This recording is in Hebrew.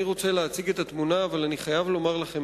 אני רוצה להציג את התמונה אבל אני חייב לומר לכם